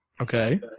Okay